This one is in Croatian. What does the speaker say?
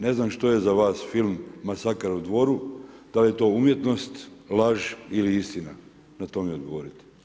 Ne znam što je za vas film Masakr na Dvoru, dal' je to umjetnost, laž ili istina, na to mi odgovorite.